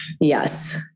Yes